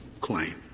claim